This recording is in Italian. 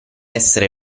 essere